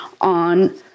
on